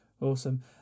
Awesome